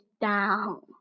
down